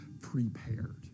prepared